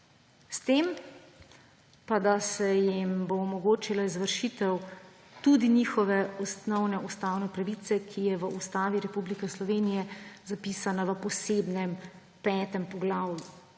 S tem, da pa se jim bo omogočila izvršitev tudi njihove osnovne ustavne pravice, ki je v Ustavi Republike Slovenije zapisana v posebnem petem poglavju.